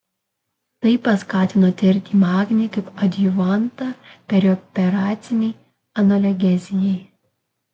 tai paskatino tirti magnį kaip adjuvantą perioperacinei analgezijai